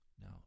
Now